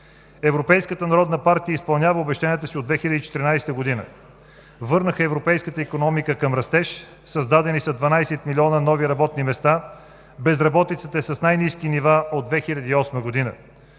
Европейската народна партия изпълнява обещанията си от 2014 г. – върнаха европейската икономика към растеж, създадени са 12 милиона нови работни места, безработицата е с най-ниски нива от 2008 г.